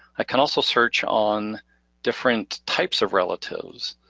i can also search on different types of relatives,